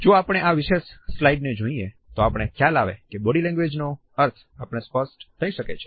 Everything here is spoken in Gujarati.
જો આપણે આ વિશેષ સ્લાઇડને જોઈએ તો આપણને ખ્યાલ આવે છે કે બોડી લેંગ્વેજ નો અર્થ આપણને સ્પષ્ટ થઈ જાય છે